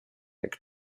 jak